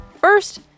First